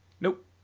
Nope